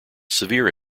severe